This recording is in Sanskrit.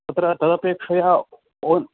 तत्र तदपेक्षया ओल्